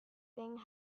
thing